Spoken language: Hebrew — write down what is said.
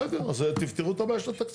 בסדר, אז תפתרו את הבעיה של התקציב.